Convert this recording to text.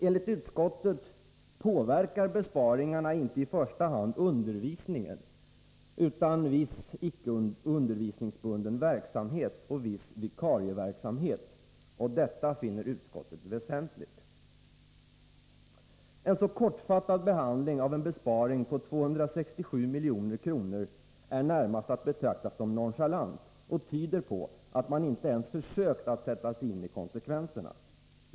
Enligt utskottet påverkar besparingarna inte i första hand undervisningen, utan viss icke undervisningsbunden verksamhet och viss vikarieverksamhet — och detta finner utskottet väsentligt. En så kortfattad behandling av en besparing på 267 milj.kr. är närmast att betrakta som nonchalant och tyder på att man inte ens försökt att sätta sig in i konsekvenserna.